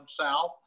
south